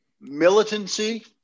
militancy